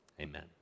amen